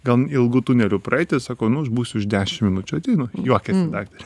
gan ilgu tuneliu praeiti sakau nu aš būsiu už dešim minučių ateinu juokiasi daktarė